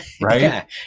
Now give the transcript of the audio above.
right